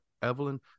Evelyn